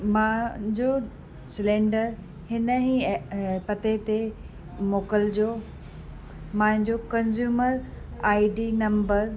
मुंहिंजो सिलेंडर हिन ई ए पते ते मोकिलिजो मुंहिंजो कंज़्यूमर आईडी नंबर